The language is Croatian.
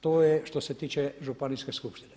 To je što se tiče županijske skupštine.